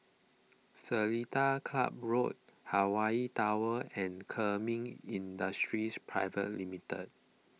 Seletar Club Road Hawaii Tower and Kemin Industries Private Limited